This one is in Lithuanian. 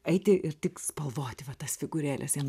eiti ir tik spalvoti va tas figūrėles jam